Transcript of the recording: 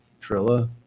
Trilla